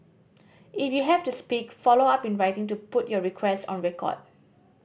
if you have to speak follow up in writing to put your requests on record